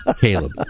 Caleb